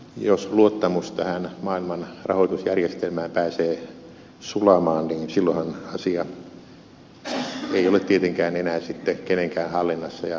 jos luottamus tähän maailman rahoitusjärjestelmään pääsee sulamaan niin silloinhan asia ei ole tietenkään enää kenenkään hallinnassa ja seuraukset ovat täysin arvaamattomat